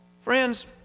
Friends